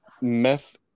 meth